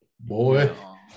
Boy